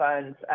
funds